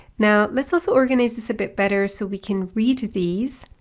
now let's also organize this a bit better so we can read these.